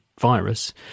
virus